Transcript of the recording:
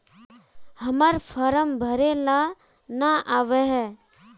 हम्मर फारम भरे ला न आबेहय?